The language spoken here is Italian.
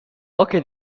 poche